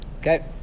Okay